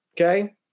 okay